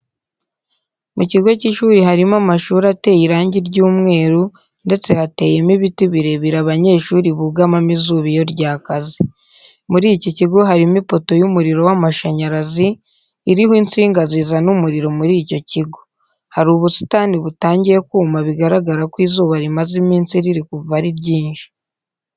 Mu kigo cy'ishuri harimo amashuri ateye irangi ry'umweru ndetse hateyemo ibiti birebire abanyeshuri bugamamo izuba iyo ryakaze. Muri iki kigo harimo ipoto y'umuriro w'amashanyarazi iriho insinga zizana umuriro muri icyo kigo. Hari ubusitani butangiye kuma bigaragara ko izuba rimaze iminsi riri kuva ari ryinshi.